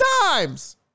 times